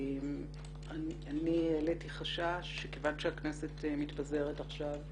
אני העליתי חשש שכיוון שהכנסת מתפזרת עכשיו,